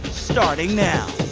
starting now.